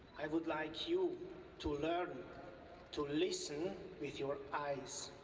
i would like you to learn to listen with your eyes.